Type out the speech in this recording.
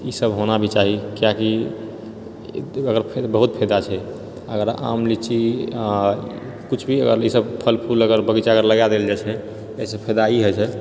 ईसब होना भी चाही किआकि अगर एकर बहुत फायदा छै अगर आम लीची आ किछु भी अगर ई सब फल फूल बगीचा अगर लगा देल जाइछै अहिसँ फायदा ई होइछेै